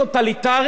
תודה לכם,